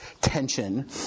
tension